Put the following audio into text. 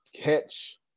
Catch